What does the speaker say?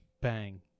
Bang